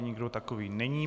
Nikdo takový není.